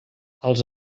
als